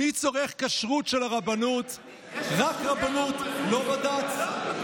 מי צורך כשרות של הרבנות, רק רבנות, לא בד"ץ?